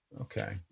okay